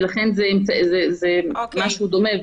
ולכן זה משהו דומה,